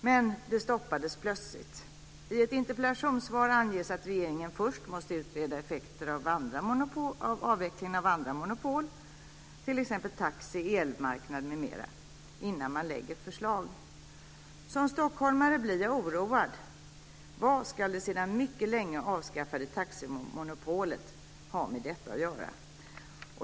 Men det stoppades plötsligt. I ett interpellationssvar anges att regeringen först måste utreda effekterna av avvecklingen av andra monopol, t.ex. taxi och elmarknaden, innan man lägger fram förslag. Som stockholmare blir jag oroad. Vad har det sedan mycket länge avskaffade taximonopolet med detta att göra?